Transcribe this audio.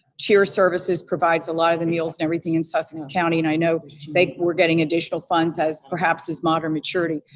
cheer services provides a lot of the meals and everything in sussex county and i know they were getting additional funds perhaps, as modern maturity.